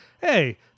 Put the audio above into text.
hey